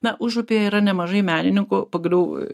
na užupyje yra nemažai menininkų pagaliau